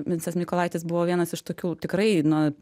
vincas mykolaitis buvo vienas iš tokių tikrai na